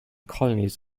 colonies